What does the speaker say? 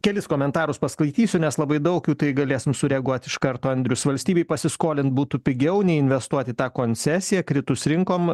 kelis komentarus paskaitysiu nes labai daug tai galės sureaguot iš karto andrius valstybei pasiskolint būtų pigiau nei investuot į tą koncesiją kritus rinkom